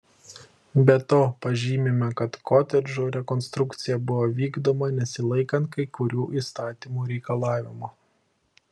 be to pažymima kad kotedžų rekonstrukcija buvo vykdoma nesilaikant kai kurių įstatymų reikalavimų